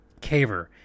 Caver